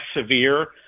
severe